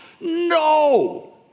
No